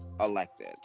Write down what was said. elected